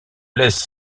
laisse